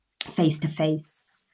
face-to-face